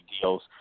deals